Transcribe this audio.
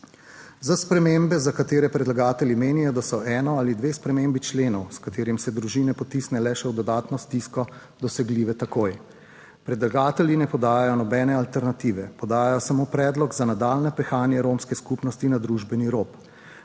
Za spremembe, za katere predlagatelji menijo, da so ena ali dve spremembi členov, s katerima se družine potisne le še v dodatno stisko, dosegljive takoj, predlagatelji ne podajajo nobene alternative. Podajajo samo predlog za nadaljnje pehanje romske skupnosti na družbeni rob.